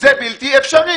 זה בלתי אפשרי.